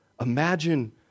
Imagine